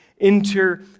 enter